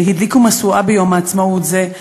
שהדליקו משואה ביום העצמאות הזה.